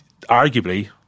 arguably